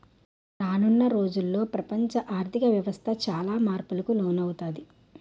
రానున్న రోజుల్లో ప్రపంచ ఆర్ధిక వ్యవస్థ చాలా మార్పులకు లోనవుతాది